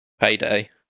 payday